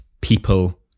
people